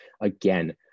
again